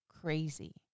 crazy